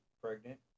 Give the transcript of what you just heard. pregnant